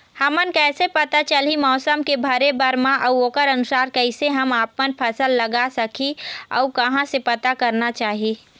हमन कैसे पता चलही मौसम के भरे बर मा अउ ओकर अनुसार कैसे हम आपमन फसल लगा सकही अउ कहां से पता करना चाही?